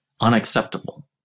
unacceptable